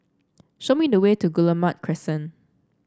show me the way to Guillemard Crescent